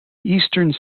eastern